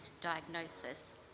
diagnosis